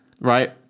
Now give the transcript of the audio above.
Right